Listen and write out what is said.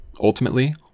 ultimately